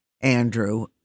Andrew